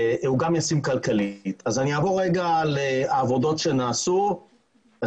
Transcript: אני אעבור לעבודות שנעשו.